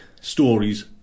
stories